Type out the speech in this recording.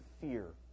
fear